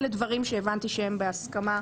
אלה דברים שהבנתי שהם בהסכמה,